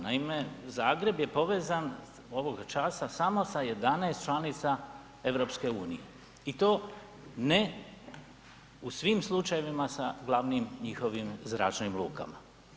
Naime, Zagreb je povezan ovoga časa samo sa 11 članica EU-a i to ne u svim slučajevima sa glavnim njihovim zračnim lukama.